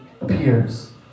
appears